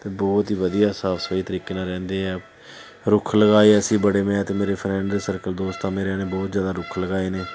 ਅਤੇ ਬਹੁਤ ਹੀ ਵਧੀਆ ਸਾਫ ਸਫਾਈ ਤਰੀਕੇ ਨਾਲ ਰਹਿੰਦੇ ਹੈ ਰੁੱਖ ਲਗਾਏ ਅਸੀਂ ਬੜੇ ਮੈਂ ਅਤੇ ਮੇਰੇ ਫਰੈਂਡ ਸਰਕਲ ਦੋਸਤਾਂ ਮੇਰਿਆਂ ਨੇ ਬਹੁਤ ਜ਼ਿਆਦਾ ਰੁੱਖ ਲਗਾਏ ਨੇ